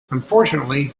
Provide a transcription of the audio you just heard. unfortunately